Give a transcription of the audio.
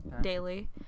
daily